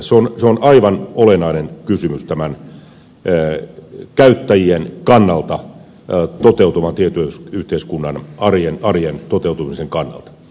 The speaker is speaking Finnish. se on aivan olennainen kysymys käyttäjien kannalta tietoyhteiskunnan arjen toteutumisen kannalta